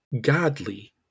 godly